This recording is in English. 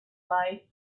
life